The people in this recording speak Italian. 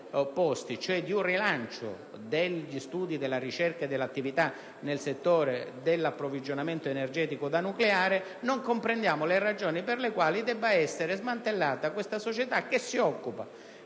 cioè un rilancio degli studi, della ricerca e dell'attività nel settore dell'approvvigionamento energetico da fonte nucleare. Non comprendiamo perché debba essere smantellata questa società che si occupa